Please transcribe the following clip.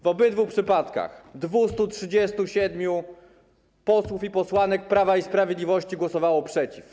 W obydwu przypadkach 237 posłów i posłanek Prawa i Sprawiedliwości głosowało przeciw.